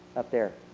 up there.